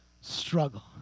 struggle